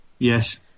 Yes